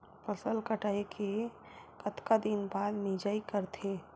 फसल कटाई के कतका दिन बाद मिजाई करथे?